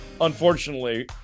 unfortunately